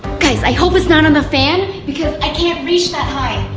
guys, i hope it's not on the fan because i can't reach that high.